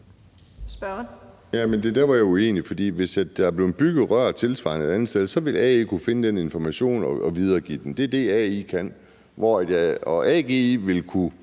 hvis der er blevet bygget tilsvarende rør et andet sted, vil AI kunne finde den information og videregive den. Det er det, AI kan.